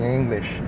english